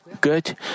good